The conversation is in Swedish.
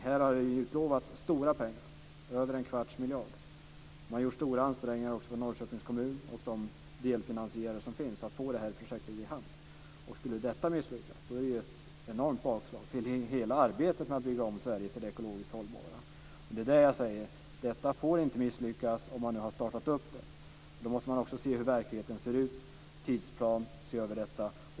Här har man utlovats stora pengar, över en kvarts miljard. Man har också gjort stora ansträngningar från Norrköpings kommun och de delfinansiärer som finns för att få det här projektet i hamn. Skulle detta misslyckas är det ett enormt bakslag för hela arbetet med att bygga om Sverige till det ekologiskt hållbara samhället. Det är därför jag säger: Detta får inte misslyckas när man nu har startat det. Då måste man också se hur verkligheten ser ut, se över detta med tidsplan osv.